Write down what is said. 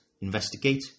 investigate